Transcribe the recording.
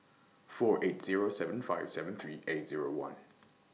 four eight Zero seven five seven three eight Zero one